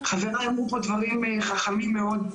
חבריי אמרו פה דברים חכמים מאוד.